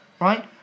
right